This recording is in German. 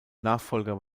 nachfolger